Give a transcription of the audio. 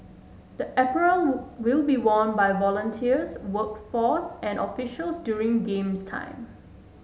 the apparel will be worn by volunteers workforce and officials during Games time